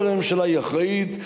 אבל הממשלה היא אחראית,